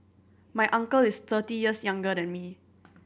my uncle is thirty years younger than me